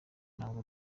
ntabwo